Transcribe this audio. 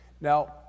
Now